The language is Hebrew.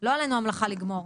לא עלינו המלאכה לגמור.